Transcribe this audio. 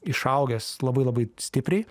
išaugęs labai labai stipriai